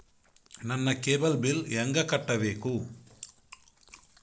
ನನ್ನ cable bill ಹೆಂಗ ಕಟ್ಟಬೇಕು?